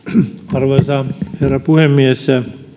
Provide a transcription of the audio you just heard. arvoisa herra puhemies